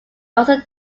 also